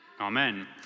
amen